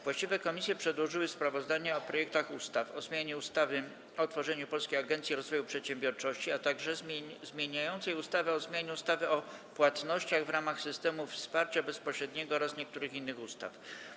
Właściwe komisje przedłożyły sprawozdania o projektach ustaw: - o zmianie ustawy o utworzeniu Polskiej Agencji Rozwoju Przedsiębiorczości, - zmieniającej ustawę o zmianie ustawy o płatnościach w ramach systemów wsparcia bezpośredniego oraz niektórych innych ustaw.